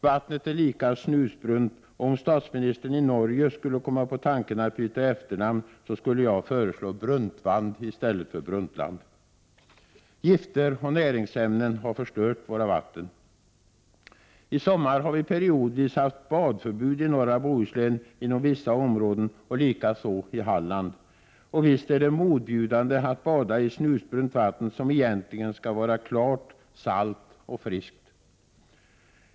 Vattnet är lika snusbrunt, och om statsministern i Norge skulle komma på tanken att byta efternamn skulle jag föreslå Bruntvand i stället för Brundtland. Gifter och näringsämnen har förstört våra vatten. I sommar har vi periodvis haft badförbud i norra Bohuslän inom vissa områden och likaså i Halland. Och visst är det motbjudande att bada i snusbrunt vatten, som egentligen skall vara klart, salt och friskt.